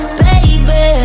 baby